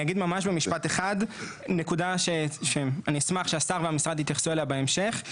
אני אגיד במשפט אחד נקודה שאני אשמח שהשר והמשרד יתייחסו אליה בהמשך.